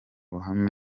ruhame